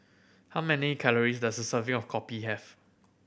how many calories does serving of kopi have